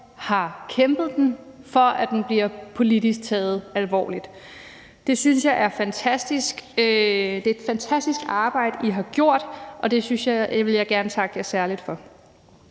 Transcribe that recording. har kæmpet for, at den politisk bliver taget alvorligt. Det synes jeg er fantastisk. Det er et fantastisk arbejde, I har gjort, og det vil jeg gerne takke jer særligt for.